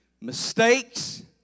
mistakes